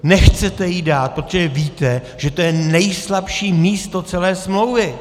Nechcete ji dát, protože víte, že to je nejslabší místo celé smlouvy.